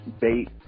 Bait